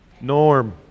Norm